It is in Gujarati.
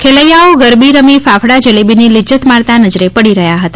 ખેલૈથાઓ ગરબી રમી ફાફડા જલેબીની લિજ્જત માણતા નજરે પડી રહ્યા હતા